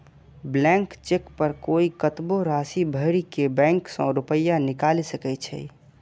blank cheque पर कोइ कतबो राशि भरि के बैंक सं रुपैया निकालि सकै छै